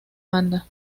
banda